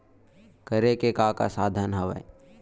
करे के का का साधन हवय?